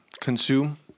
consume